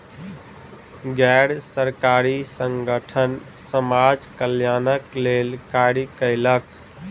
गैर सरकारी संगठन समाज कल्याणक लेल कार्य कयलक